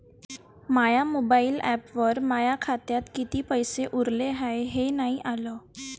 माया mobile ॲपवर माया खात्यात किती पैसे उरले हाय हे नाही आलं